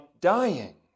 dying